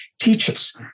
teaches